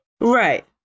Right